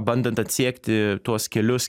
bandant atsekti tuos kelius